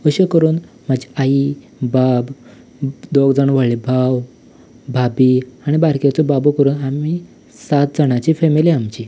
अशें करून म्हजी आई बाब दोग जाण व्हडले भाव भाभी आनी बारकेलो बाबू करून आमी सात जाणाची फॅमिली आमची